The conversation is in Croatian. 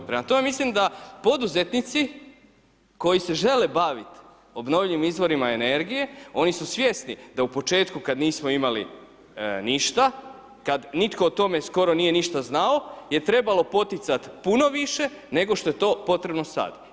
Prema tome, mislim da poduzetnici koji se žele baviti obnovljivim izvorima energije, oni su svjesni da u početku kad nismo imali ništa, kad nitko o tome skoro nije ništa znao je trebalo poticat puno više nego što je to potrebno sad.